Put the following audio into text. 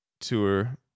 tour